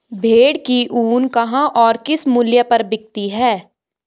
भेड़ की ऊन कहाँ और किस मूल्य पर बिकती है?